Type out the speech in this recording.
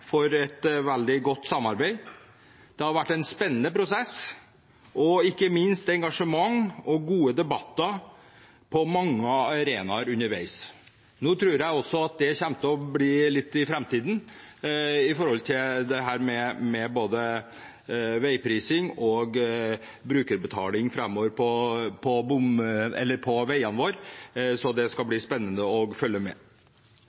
for et veldig godt samarbeid. Det har vært en spennende prosess og ikke minst engasjement og gode debatter på mange arenaer underveis. Jeg tror det kommer til å bli slik også i framtiden når det gjelder både veiprising og brukerbetaling på veiene våre, så det skal bli spennende å følge med.